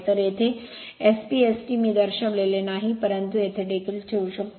तर येथे SPST मी दर्शविलेले नाही परंतु येथे देखील ठेवू शकतो